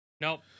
nope